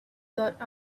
got